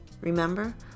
Remember